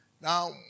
Now